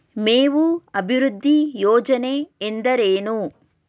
ಮೇವು ಅಭಿವೃದ್ಧಿ ಯೋಜನೆ ಎಂದರೇನು?